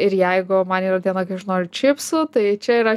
ir jeigu man yra diena kai aš noriu čipsų tai čia yra